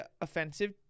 offensive